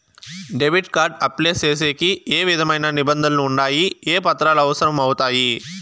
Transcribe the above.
Debit card apply సేసేకి ఏ విధమైన నిబంధనలు ఉండాయి? ఏ పత్రాలు అవసరం అవుతాయి?